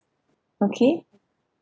okay